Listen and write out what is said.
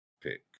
pick